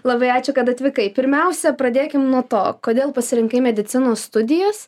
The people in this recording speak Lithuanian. labai ačiū kad atvykai pirmiausia pradėkim nuo to kodėl pasirinkai medicinos studijas